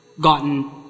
gotten